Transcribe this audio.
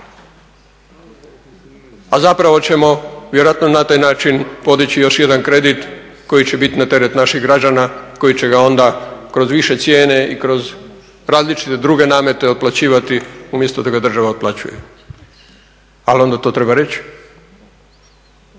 a zapravo ćemo vjerojatno na taj način podići još jedan kredit koji će biti na teret naših građana koji će ga onda kroz više cijene i kroz različite druge namete otplaćivati umjesto da ga država otplaćuje. Ali onda to treba reći.